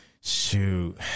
Shoot